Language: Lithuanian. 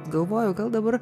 galvoju gal dabar